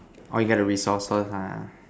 orh you got the resource first ha